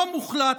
לא מוחלט,